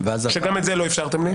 ואז --- שגם את זה לא אפשרתם לי.